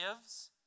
gives